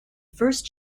first